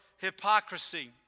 hypocrisy